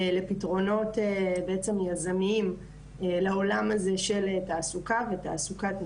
לפתרונות בעצם יזמיים לעולם הזה של תעסוקה ותעסוקת נשים.